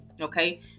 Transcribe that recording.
okay